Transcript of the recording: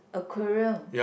aquarium